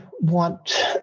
want